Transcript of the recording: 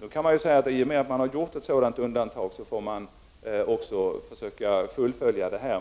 Man kan säga att i och med att man har gjort ett sådant undantag får man också försöka fullfölja det.